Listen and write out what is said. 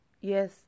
yes